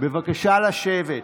בבקשה לשבת.